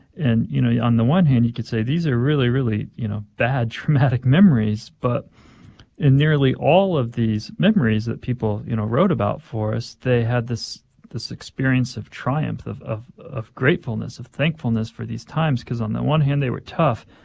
and, you know, on the one hand, you could say these are really, really, you know, bad, traumatic memories. but in nearly all of these memories that people, you know, wrote about for us they had this this experience of triumph, of of gratefulness, of thankfulness for these times because on the one hand, they were tough,